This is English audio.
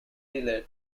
dealer